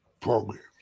programs